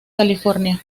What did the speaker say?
california